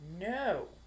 No